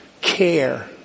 care